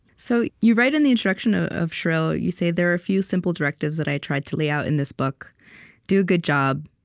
so you write in the introduction ah of shrill, you say, there are a few simple directives that i tried to lay out in this book do a good job.